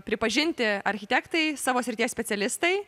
pripažinti architektai savo srities specialistai